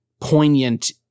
poignant